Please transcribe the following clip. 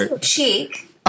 cheek